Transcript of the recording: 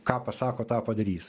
ką pasako tą padarys